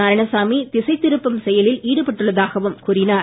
நாராயணசாமி திசை திருப்பும் செயலில் ஈடுபட்டுள்ளதாகவும் கூறினார்